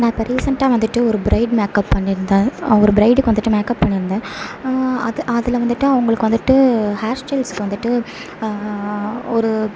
நான் இப்போ ரீசண்டாக வந்துட்டு ஒரு பிரைட் மேக்அப் பண்ணியிருந்தேன் ஒரு பிரைடுக்கு வந்துட்டு மேக்அப் பண்ணியிருந்தேன் அது அதில் வந்துட்டு அவங்களுக்கு வந்துட்டு ஹேர் ஸ்டையில்ஸ்க்கு வந்துட்டு ஒரு